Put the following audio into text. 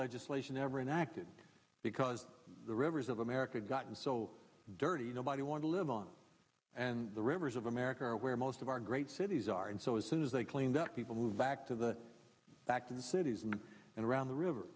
legislation ever enacted because the rivers of america gotten so dirty nobody want to live on and the rivers of america are where most of our great cities are and so as soon as they clean that people move back to the back to the cities in and around the river